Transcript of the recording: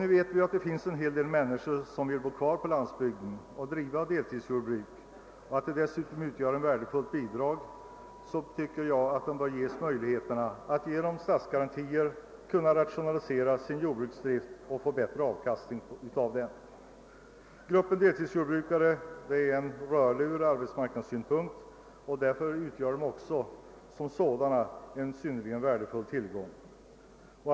Vi vet att många människor vill bo kvar på landsbygden och driva deltidsjordbruk. Därför tycker jag att de bör ges möjligheter att med hjälp av statsgarantier rationalisera sin jordbruksdrift och få bättre avkastning av den. Deltidsjordbrukarna är en rörlig grupp ur arbetsmarknadssynpunkt och utgör en synnerligen värdefull tillgång i samhället.